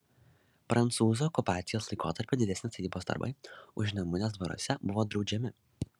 prancūzų okupacijos laikotarpiu didesni statybos darbai užnemunės dvaruose buvo draudžiami